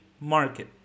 market